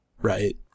right